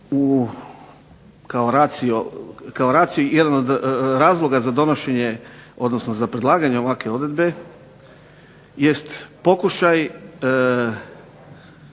kao ratio, kao jedan od razloga za donošenje, odnosno za predlaganje ovakve odredbe jest pokušaj